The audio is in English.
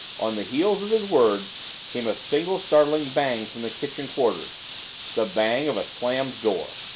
on the heels of his words came a single, startling bang from the kitchen quarters the bang of a slammed door!